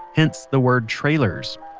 hence the word trailers.